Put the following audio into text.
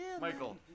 Michael